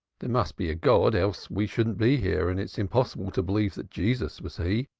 there must be a god, else we shouldn't be here, and it's impossible to believe that jesus was he.